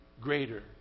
Greater